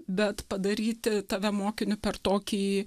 bet padaryti tave mokiniu per tokį